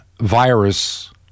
virus